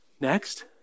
Next